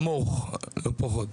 אפשר עוד להשפיע,